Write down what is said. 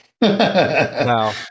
Wow